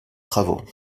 travaux